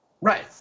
Right